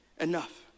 enough